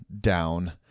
down